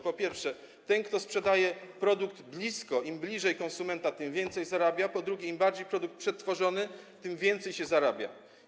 Po pierwsze, ten, kto sprzedaje produkt blisko... im bliżej konsumenta, tym więcej zarabia, a po drugie, im bardziej produkt jest przetworzony, tym więcej się zarabia.